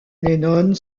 lennon